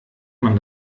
man